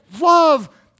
Love